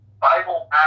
Bible